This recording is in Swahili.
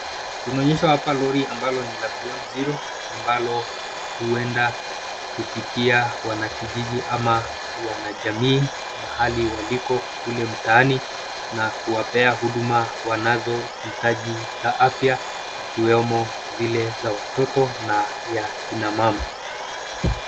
Tunaonyeshwa hapa lori ambalo ni la beyond zero ambalo huenda kufikia wanakijiji ama wanajamii mahali waliko kule mtaani na kuwapea huduma wanazohitaji za afya ikiwemo zile za watoto na kina mama.